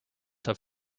have